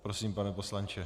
Prosím, pane poslanče.